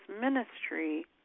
ministry